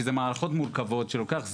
כי זה מערכות מורכבות שלוקח זמן.